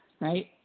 right